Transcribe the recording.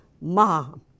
Mom